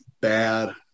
bad